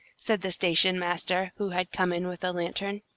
said the station-master, who had come in with a lantern.